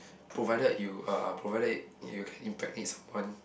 provided you uh provided you can impregnate someone